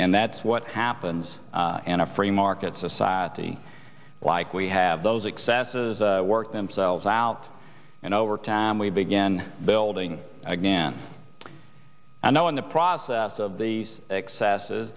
and that's what happens in a free market society like we have those excesses work themselves out and over time we begin building again i know in the process of these excesses